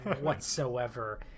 whatsoever